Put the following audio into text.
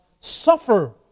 suffer